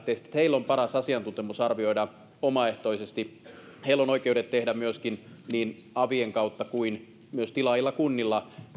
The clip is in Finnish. heillä on paras asiantuntemus arvioida asiaa omaehtoisesti heillä on oikeudet tehdä myöskin avien kautta kuten myös tilaajilla kunnilla